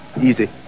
Easy